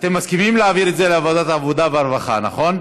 תודה רבה.